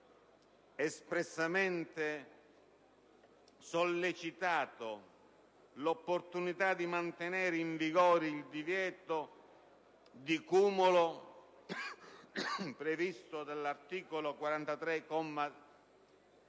espressamente sollecitato l'opportunità di mantenere in vigore il divieto di cumulo previsto dalla legge